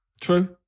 true